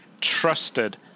trusted